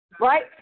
right